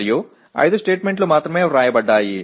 మరియు 5 స్టేట్మెంట్లు మాత్రమే వ్రాయబడ్డాయి